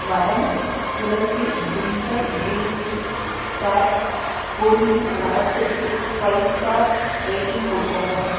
வடம் tulsi ginger green tea bags பொருளின் தரத்துக்கு ஃபைவ் ஸ்டார் ரேட்டிங் கொடுக்கவும்